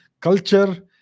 culture